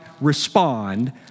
respond